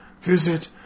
visit